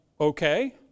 Okay